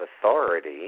authority